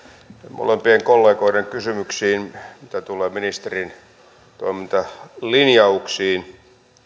molempien kollegoiden kysymyksiin mitä tulee ministerin toimintalinjauksiin